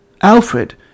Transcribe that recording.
Alfred